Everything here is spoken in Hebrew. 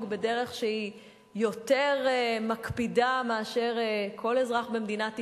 בדרך שהיא יותר מקפידה מאשר כל אזרח במדינת ישראל,